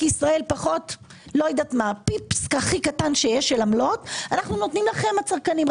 ישראל פחות פיפס הכי קטן שיש של עמלות נותנים לכם הצרכנים,